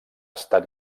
estat